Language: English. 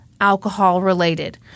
Alcohol-related